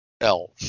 elf